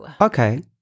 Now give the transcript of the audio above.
okay